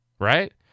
Right